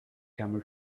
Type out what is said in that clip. camel